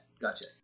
gotcha